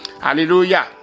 Hallelujah